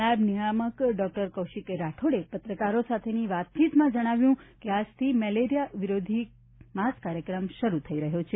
નાયબ નિયામક ડોક્ટર કૌશિક રાઠોડે પત્રકારો સાથેની વાતચીતમાં જણાવ્યું હતું કે આજથી મેલેરિયા વિરોધી માસ કાર્યક્રમ શરૂ થઈ રહ્યું છે